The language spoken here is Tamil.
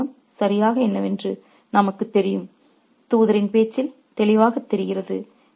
அந்த ஆணவம் சரியாக என்னவென்று நமக்குத் தெரியும் தூதரின் பேச்சில் தெளிவாகத் தெரிகிறது